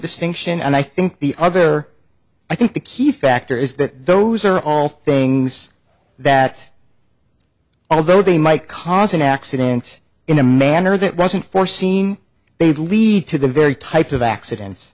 distinction and i think the other i think the key factor is that those are all things that although they might cause an accident in a manner that wasn't foreseen they'd lead to the very type of accidents